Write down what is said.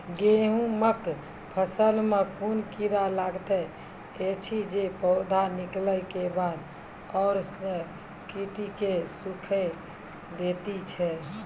गेहूँमक फसल मे कून कीड़ा लागतै ऐछि जे पौधा निकलै केबाद जैर सऽ काटि कऽ सूखे दैति छै?